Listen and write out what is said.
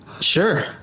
Sure